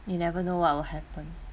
you never know what will happen